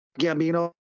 Gambino